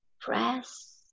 Press